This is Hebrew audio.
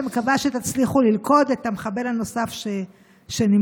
ומקווה שתצליחו ללכוד את המחבל הנוסף שנמלט,